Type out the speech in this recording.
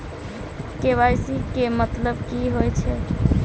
KYC केँ मतलब की होइ छै?